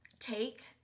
take